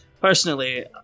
personally